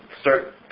start